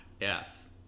Yes